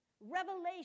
revelation